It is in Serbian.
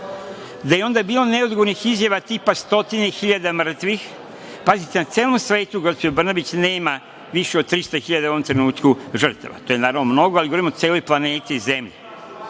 da je onda bilo neodgovornih izjava, tipa stotine hiljada mrtvih. Pazite, na celom svetu gospođo Brnabić nema više od 300 hiljada u ovom trenutku žrtava. To je naravno mnogo, ali govorim o celoj planeti Zemlji.